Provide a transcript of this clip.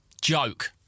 Joke